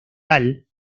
local